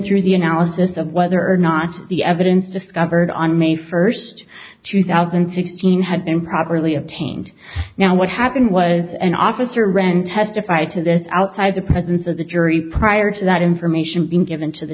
through the analysis of whether or not the evidence discovered on may first two thousand and sixteen had been properly obtained now what happened was an officer renne testified to this outside the presence of the jury prior to that information being given to the